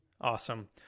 Awesome